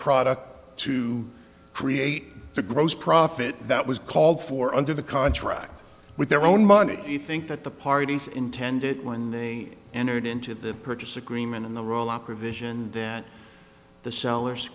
product to create the gross profit that was called for under the contract with their own money you think that the parties intended when they entered into the purchase agreement in the royal opera vision that the sellers